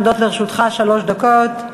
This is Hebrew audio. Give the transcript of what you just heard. עומדות לרשותך שלוש דקות.